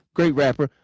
great rapper,